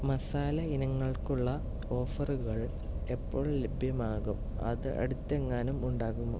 മസാല ഇനങ്ങൾക്കുള്ള ഓഫറുകൾ എപ്പോൾ ലഭ്യമാകും അത് അടുത്തെങ്ങാനും ഉണ്ടാകുമോ